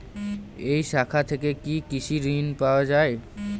এই শাখা থেকে কি কৃষি ঋণ পাওয়া যায়?